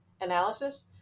analysis